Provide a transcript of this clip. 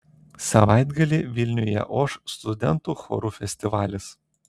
savaitgalį vilniuje oš studentų chorų festivalis